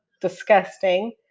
Disgusting